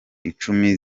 icumi